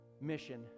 mission